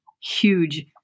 Huge